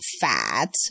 fat